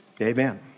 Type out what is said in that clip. Amen